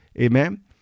Amen